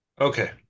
Okay